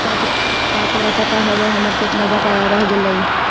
का तोरा पता हवअ हमर केतना बकाया रह गेलइ